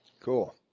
Cool